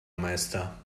meister